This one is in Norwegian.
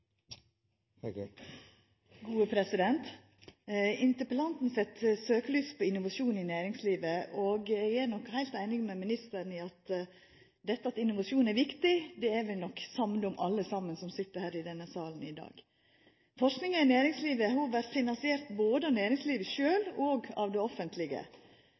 Interpellanten set søkelyset på innovasjon i næringslivet, og, som ministeren seier, at innovasjon er viktig, er vi nok samde om alle saman som sit her i denne salen i dag. Forskinga i næringslivet vert finansiert både av næringslivet sjølv og av det offentlege,